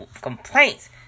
complaints